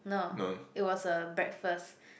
no it was a breakfast